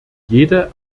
jede